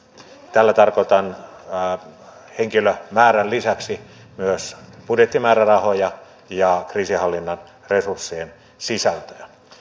tällä tarkoitan henkilömäärän lisäksi myös budjettimäärärahoja ja kriisinhallinnan resurssien sisältöä